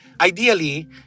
ideally